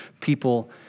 people